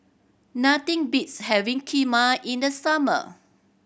nothing beats having Kheema in the summer